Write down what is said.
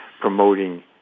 promoting